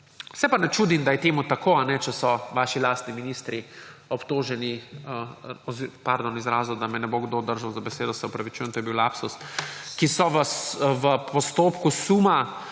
Se pa ne čudim, da je temu tako, če so vaši lastni ministri obtoženi ‒ pardon izrazu, da me ne bo kdo držal za besedo, se opravičujem, to je bil lapsus ‒, ki so v postopku suma